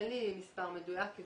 אין לי מספר מדויק.